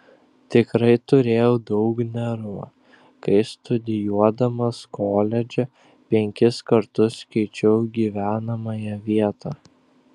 tikrai turėjau daug nervų kai studijuodamas koledže penkis kartus keičiau gyvenamąją vietą